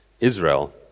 Israel